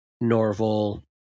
Norval